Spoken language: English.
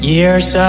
Years